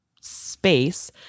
space